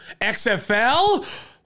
XFL